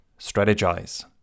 Strategize